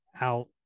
out